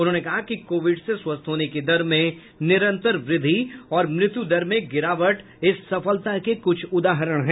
उन्होंने कहा कि कोविड से स्वस्थ होने की दर में निरंतर वृद्धि और मृत्युदर में गिरावट इस सफलता के कुछ उदाहरण हैं